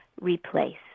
replace